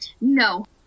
No